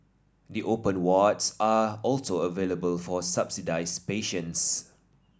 the open wards are also available for subsidised patients